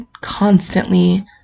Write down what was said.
constantly